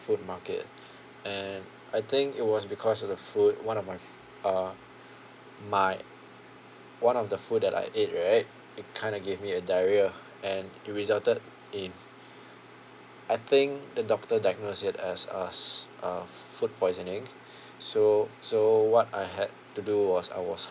float market and I think it was because of the food one of my f~ uh my one of the food that I ate right it kind of gave me a diarrhea and it resulted in I think the doctor diagnosed it as as uh food poisoning so so what I had to do was I was